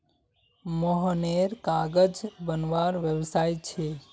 मोहनेर कागज बनवार व्यवसाय छे